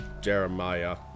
jeremiah